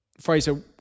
Fraser